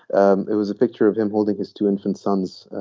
um it was a picture of him holding his two infant sons.